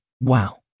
Wow